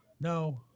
No